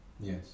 Yes